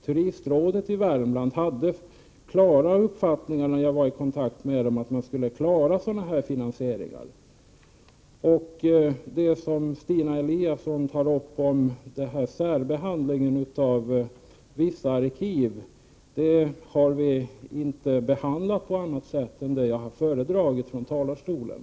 Turistrådet i Värmland hade, när jag var i kontakt med det, uppfattningen att man skulle klara av finansieringen. Stina Eliasson nämnde särbehandlingen av vissa arkiv. Men dessa har inte behandlats på något annat sätt i utskottet än vad jag har sagt från talarstolen.